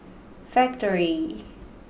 Factorie